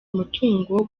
umutungo